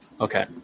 Okay